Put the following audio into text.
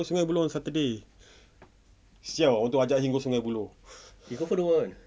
I go sungei buloh on saturday siao ajak him go sungei buloh